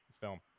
film